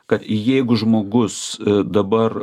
kad jeigu žmogus dabar